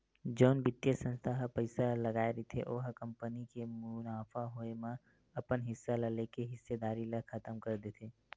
जउन बित्तीय संस्था ह पइसा लगाय रहिथे ओ ह कंपनी के मुनाफा होए म अपन हिस्सा ल लेके हिस्सेदारी ल खतम कर देथे